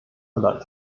irland